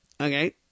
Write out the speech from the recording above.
Okay